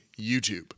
YouTube